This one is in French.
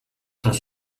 sont